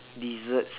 desserts